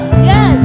Yes